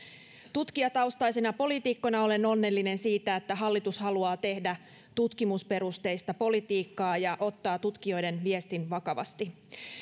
tutkijataustaisena poliitikkona olen onnellinen siitä että hallitus haluaa tehdä tutkimusperusteista politiikkaa ja ottaa tutkijoiden viestin vakavasti